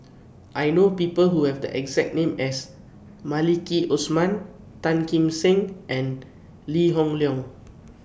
I know People Who Have The exact name as Maliki Osman Tan Kim Seng and Lee Hoon Leong